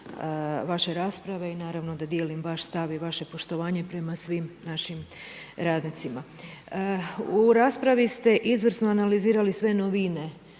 vaše rasprave i naravno da dijelim vaš stav i vaše prema svim našim radnicima. U raspravi ste izvrsno analizirali sve novine